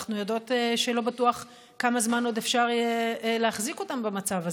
ואנחנו יודעות שלא בטוח כמה זמן עוד אפשר יהיה להחזיק אותם במצב הזה.